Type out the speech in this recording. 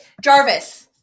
Jarvis